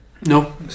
No